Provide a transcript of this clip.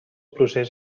procés